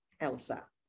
Elsa